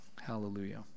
Hallelujah